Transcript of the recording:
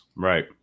Right